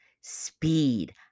speed